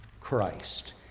Christ